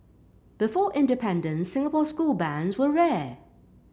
before independence Singapore school bands were rare